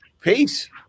Peace